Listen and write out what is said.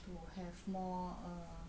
to have more err